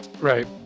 Right